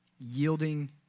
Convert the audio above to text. Yielding